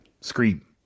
Scream